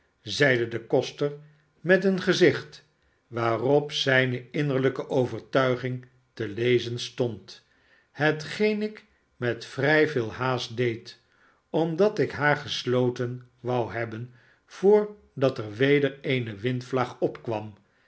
zeide de koster met een gezicht waarop zijne eigene innerlijke overtuiging te lezen stond hetgeen ik met vrij veel haast deed omdat ik haar gesloten wou hebben voordat er weder eene windvlaag opkwam